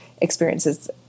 experiences